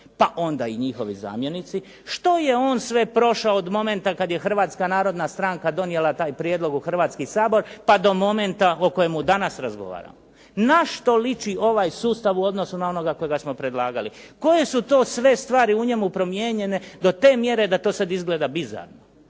pa onda i njihovi zamjenici, što je on sve prošao od momenta kad je Hrvatska narodna stranka donijela taj prijedlog u Hrvatski sabor pa do momenta o kojemu danas razgovaramo, na što liči ovaj sustav u odnosu na onoga kojega smo predlagali, koje su to sve stvari u njemu promijenjene do te mjere da to sada izgleda bizarno.